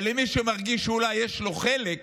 שמרגיש שאולי יש לו חלק,